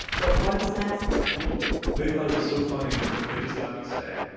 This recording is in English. but once max explained. they thought it was so funny that they just let me stay